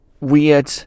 weird